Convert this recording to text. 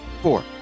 four